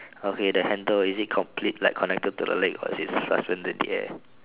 okay the handle is it complete like connected to the leg or is it suspended in the air